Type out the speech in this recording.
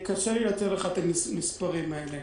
קשה לי לתת לך את המספרים האלה.